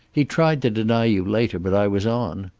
he tried to deny you later, but i was on.